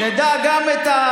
תקשיב לזה.